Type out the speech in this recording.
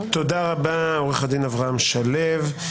תודה רבה, עורך הדין אברהם שלו.